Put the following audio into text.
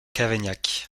cavaignac